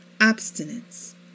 abstinence